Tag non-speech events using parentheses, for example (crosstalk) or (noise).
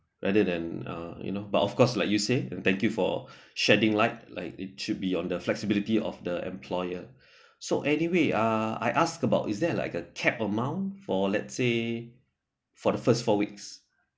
rather than uh you know but of course like you said thank you for (breath) shedding light light it should be on the flexibility of the employer (breath) so anyway uh I asked about is there like a capped amount for let's say for the first four weeks